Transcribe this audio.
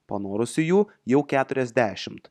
panorusiųjų jau keturiasdešimt